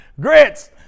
grits